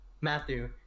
Matthew